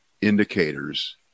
indicators